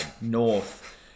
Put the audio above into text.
North